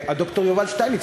ד"ר יובל שטייניץ,